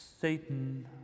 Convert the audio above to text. Satan